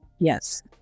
Yes